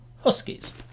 Huskies